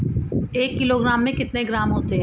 एक किलोग्राम में कितने ग्राम होते हैं?